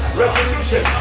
restitution